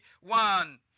one